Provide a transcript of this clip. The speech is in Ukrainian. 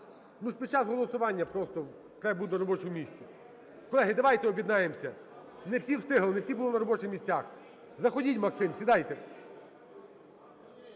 Ну, під час голосування просто треба бути на робочому місці. Колеги, давайте об'єднаємося, не всі встигли, не всі були на робочих місцях. Заходіть, Максиме, сідайте.